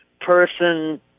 person